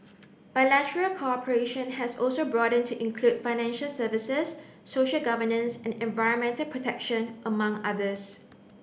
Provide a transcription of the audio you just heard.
bilateral cooperation has also broadened to include financial services social governance and environmental protection among others